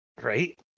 Right